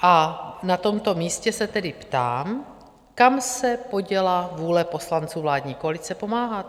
A na tomto místě se tedy ptám, kam se poděla vůle poslanců vládní koalice pomáhat?